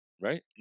Right